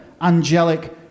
angelic